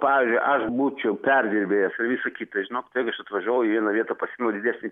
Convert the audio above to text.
pavyzdžiui aš būčiau perdirbėjas ir visa kita žinokit jeigu aš atvažiavau į vieną vietą pasiėmiau didesnį